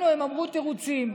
לנו הם אמרו תירוצים: